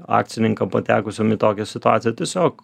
akcininkam patekusiem į tokią situaciją tiesiog